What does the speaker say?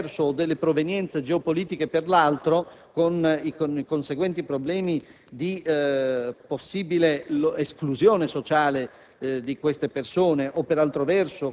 delle professionalità per un verso e delle provenienze geopolitiche per l'altro con i conseguenti problemi di possibile esclusione sociale